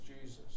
Jesus